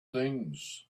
things